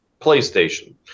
PlayStation